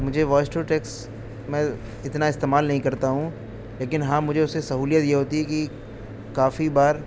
مجھے voice to text میں اتنا استعمال نہیں کرتا ہوں لیکن ہاں مجھے اس سے سہولیت یہ ہوتی ہے کہ کافی بار